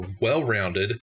well-rounded